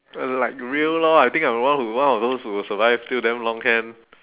uh like real lor I think I'm the one who one of those who survive till damn long can